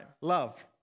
Love